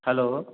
hello